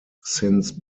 since